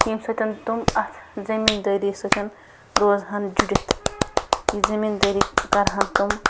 ییٚمہِ سۭتۍ تِم اَتھ زٔمیٖن دٲری سۭتۍ روزٕہن جُڈِتھ یہِ زٔمیٖن دٲری کَرٕہن تِم